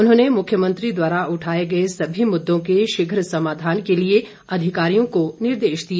उन्होंने मुख्यमंत्री द्वारा उठाए गए सभी मुद्दों के शीघ्र समाधान के लिए अधिकारियों को निर्देश दिए